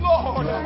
Lord